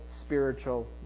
spiritual